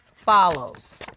follows